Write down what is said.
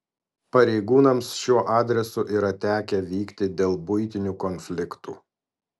pareigūnams šiuo adresu yra tekę vykti dėl buitinių konfliktų